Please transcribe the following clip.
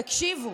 תקשיבו.